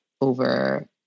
over